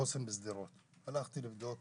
הייתי במרכז החוסן בשדרות, הלכתי לבדוק